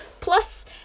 Plus